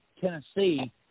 Tennessee